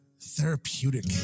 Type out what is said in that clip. therapeutic